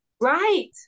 Right